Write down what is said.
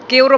kiuru